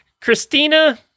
Christina